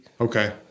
Okay